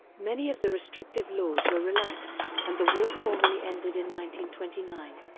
many of the restrictive laws were relaxed, and the war formally ended in one twenty nine.